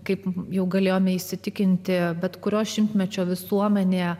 kaip jau galėjome įsitikinti bet kurio šimtmečio visuomenėje